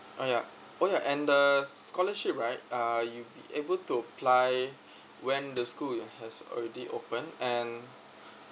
oh ya oh ya and the scholarship right uh you'll able to apply when the school has already opened and